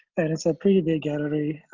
and it's a pretty big gallery.